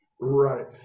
Right